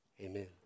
amen